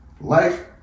life